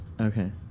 Okay